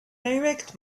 direct